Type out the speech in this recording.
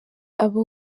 aba